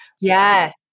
Yes